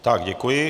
Tak děkuji.